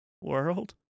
World